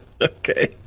Okay